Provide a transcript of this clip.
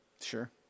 Sure